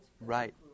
Right